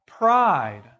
Pride